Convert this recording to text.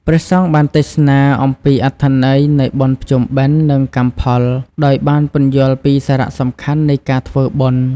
ព្រះសង្ឃបានទេសនាអំពីអត្ថន័យនៃបុណ្យភ្ជុំបិណ្ឌ និងកម្មផល ដោយបានពន្យល់ពីសារៈសំខាន់នៃការធ្វើបុណ្យ។